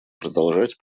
продолжать